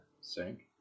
Sink